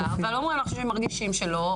אבל אומרים לך שהם מרגישים שלא.